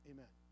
Amen